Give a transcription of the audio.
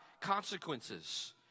consequences